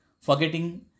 forgetting